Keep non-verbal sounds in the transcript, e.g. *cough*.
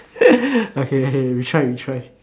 *noise* okay okay retry retry